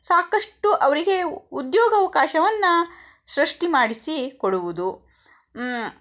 ಸಾಕಷ್ಟು ಅವರಿಗೆ ಉದ್ಯೋಗವಕಾಶವನ್ನ ಸೃಷ್ಟಿಮಾಡಿಸಿ ಕೊಡುವುದು